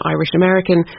Irish-American